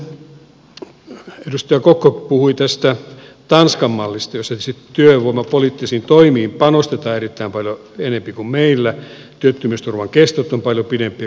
sitten edustaja kokko puhui tästä tanskan mallista jossa työvoimapoliittisiin toimiin panostetaan erittäin paljon enempi kuin meillä työttömyysturvan kestot ovat paljon pidempiä kuin meillä